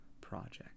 project